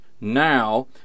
now